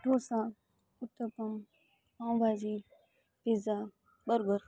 dosa uttapam pav bhaji pizza burger